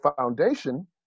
foundation